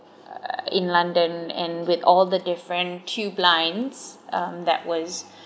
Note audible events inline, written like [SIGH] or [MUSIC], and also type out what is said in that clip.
uh in london and with all the different tube lines um that was [BREATH]